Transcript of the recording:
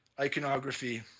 iconography